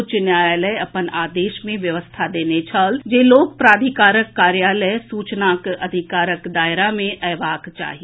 उच्च न्यायालय अपन आदेश मे व्यवस्था देने छल जे लोक प्राधिकारक कार्यालय सूचना के अधिकारक दायरा मे अएबाक चाही